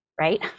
right